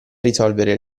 risolvere